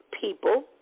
people